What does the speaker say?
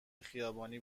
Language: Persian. خیابانی